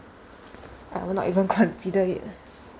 I will not even consider it